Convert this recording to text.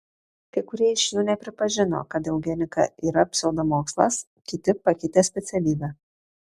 kai kurie iš jų nepripažino kad eugenika yra pseudomokslas kiti pakeitė specialybę